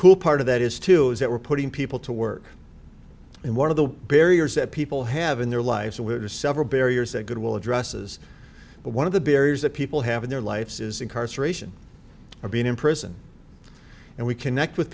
cool part of that is too is that we're putting people to work in one of the barriers that people have in their lives and we're several barriers that goodwill addresses but one of the barriers that people have in their lifes is incarceration or being in prison and we connect with